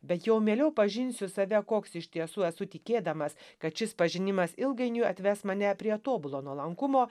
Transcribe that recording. bet jau mieliau pažinsiu save koks iš tiesų esu tikėdamas kad šis pažinimas ilgainiui atves mane prie tobulo nuolankumo